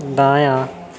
दायाँ